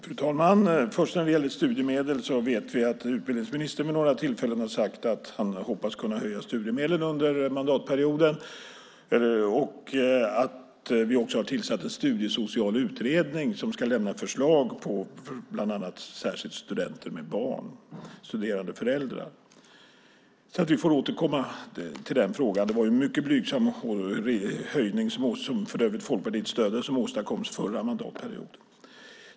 Fru talman! När det gäller studiemedlen har utbildningsministern vid några tillfällen sagt att han hoppas kunna höja dem under mandatperioden. Vi har också tillsatt en studiesocial utredning som ska lämna ett förslag; det gäller särskilt studenter med barn, alltså studerande föräldrar. Vi får återkomma till den frågan. Det var ju en mycket blygsam höjning, som för övrigt Folkpartiet stödde, som åstadkoms under förra mandatperioden.